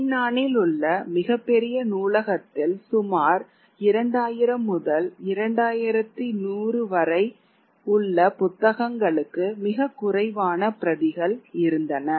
அவிக்னானில் உள்ள மிகப் பெரிய நூலகத்தில் சுமார் 2000 2100 புத்தகங்களுக்கு மிகக் குறைவான பிரதிகள் இருந்தன